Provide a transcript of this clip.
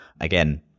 again